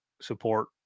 support